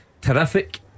Terrific